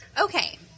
Okay